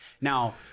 Now